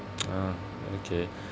ah okay